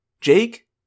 Jake